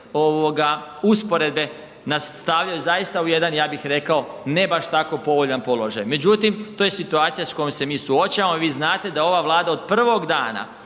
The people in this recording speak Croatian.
usporedbe nas stavljaju zaista u jedan, ja bih rekao ne baš tako povoljan položaj. Međutim, to je situacija s kojom se mi suočavamo i vi znate da ova Vlada od prvog dana